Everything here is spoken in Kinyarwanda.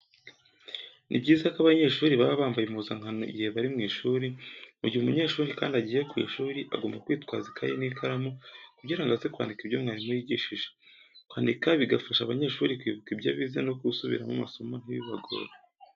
Ni byiza ko abanyeshuri baba bambaye impuzankano igihe bari mu ishuri. Mu gihe umunyeshuri kandi agiye ku ishuri agomba kwitwaza ikayi n'ikaramu, kugira ngo aze kwandika ibyo mwarimu yigishije. Kwandika bifasha abanyeshuri kwibuka ibyo bize no gusubiramo amasomo ntibibagore.